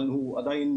אבל עדיין,